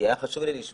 כי היה חשוב לי לשמוע.